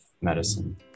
medicine